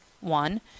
One